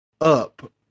up